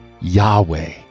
Yahweh